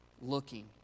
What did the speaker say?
looking